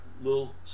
little